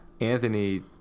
Anthony